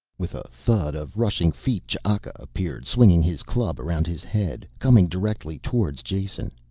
with a thud of rushing feet ch'aka appeared, swinging his club around his head, coming directly towards jason.